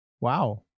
Wow